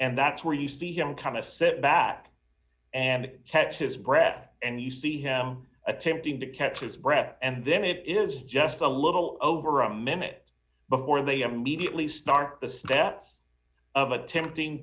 and that's where you see him kind of sit back and check his breath and you see him attempting to catch his breath and then it is just a little over a minute before they immediately start the steps of attempting